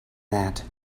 that